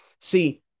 See